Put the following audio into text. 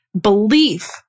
belief